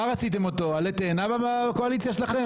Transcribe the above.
רציתם אותו כעלה תאנה בקואליציה שלכם?